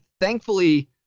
thankfully